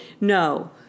No